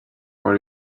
what